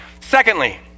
Secondly